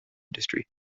industry